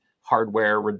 hardware